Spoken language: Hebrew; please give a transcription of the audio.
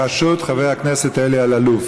בראשות חבר הכנסת אלי אלאלוף.